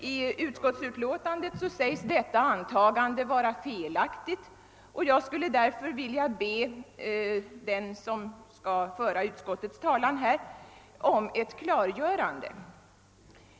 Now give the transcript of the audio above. I utskottsutlåtandet sägs detta antagande vara felaktigt, och jag skulle därför vilja be den som skall föra utskottets talan här om ett klargörande.